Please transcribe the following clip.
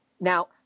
Now